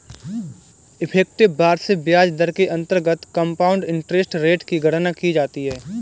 effective वार्षिक ब्याज दर के अंतर्गत कंपाउंड इंटरेस्ट रेट की गणना की जाती है